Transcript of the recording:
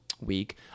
week